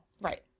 Right